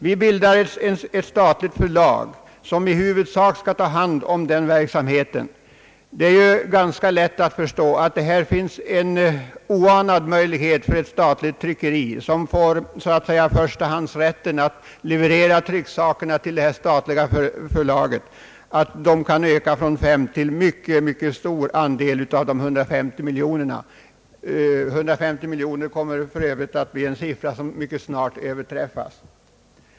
Vi bildar ett statligt förlag, som i huvudsak skall ta hand om den verksamheten. Det är ju ganska lätt att förstå att det här finns en oanad möjlighet för ett statligt tryckeri, som får förstahandsrätten att leverera trycksakerna till detta statliga förlag, att öka från fem procent till en mycket stor andel av de 150 miljonerna. Beloppet 150 miljoner kommer för övrigt att mycket snart överskridas.